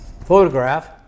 photograph